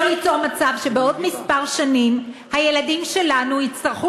לא ליצור מצב שבעוד כמה שנים הילדים שלנו יצטרכו